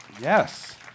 Yes